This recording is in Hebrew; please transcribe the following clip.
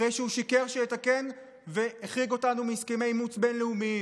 אחרי שהוא שיקר שיתקן והחריג אותנו מהסכמי אימוץ בין-לאומיים,